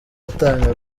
gutanga